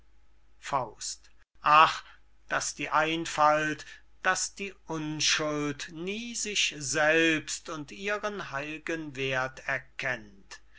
wie ach daß die einfalt daß die unschuld nie sich selbst und ihren heil'gen werth erkennt